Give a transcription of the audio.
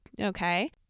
Okay